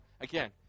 again